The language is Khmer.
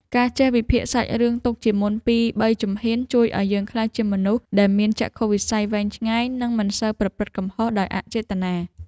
ការចេះវិភាគសាច់រឿងទុកជាមុនពីរបីជំហានជួយឱ្យយើងក្លាយជាមនុស្សដែលមានចក្ខុវិស័យវែងឆ្ងាយនិងមិនសូវប្រព្រឹត្តកំហុសដោយអចេតនា។